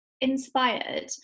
inspired